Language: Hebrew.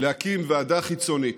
להקים ועדה חיצונית,